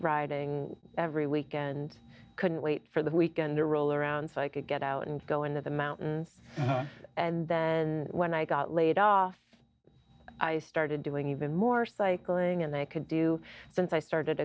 riding every week and couldn't wait for the weekend to roll around so i could get out and go into the mountains and then when i got laid off i started doing even more cycling and they could do since i started